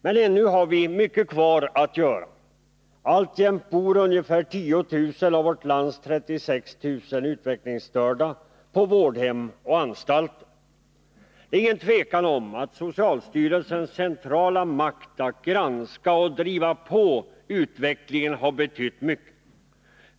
Men ännu har vi mycket kvar att göra. Alltjämt bor ungefär 10 000 av vårt lands 36 000 utvecklingsstörda på vårdhem och anstalter. Det är inget tvivel om att socialstyrelsens centrala makt att granska och driva på utvecklingen har betytt mycket.